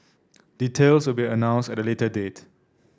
details will be announced at a later date